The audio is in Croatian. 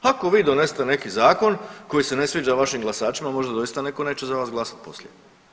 Ako vi donesete neki zakon koji se ne sviđa vašim glasačima možda doista netko neće za vas glasati poslije.